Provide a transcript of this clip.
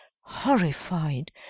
horrified